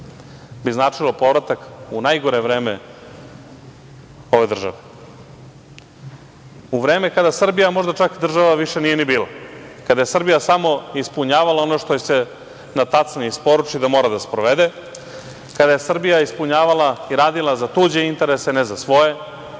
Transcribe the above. bi značilo povratak u najgore vreme ove države. U vreme kada Srbija možda čak država više nije ni bila, kada je Srbija samo ispunjavala ono što joj se na tacni isporuči da mora da sprovede, kada je Srbija ispunjavala i radila za tuđe interese ne za svoje,